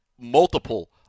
multiple